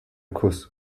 kuss